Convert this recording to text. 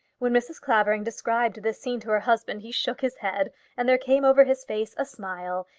when mrs. clavering described this scene to her husband, he shook his head and there came over his face a smile,